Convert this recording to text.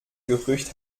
gerücht